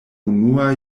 unua